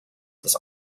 this